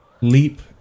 leap